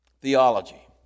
theology